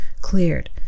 cleared